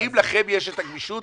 האם לכם יש את הגמישות